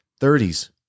30s